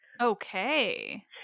Okay